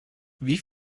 wie